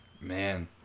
Man